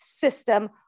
system